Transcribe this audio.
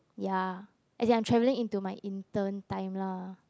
ya and they're travelling into my intern time lah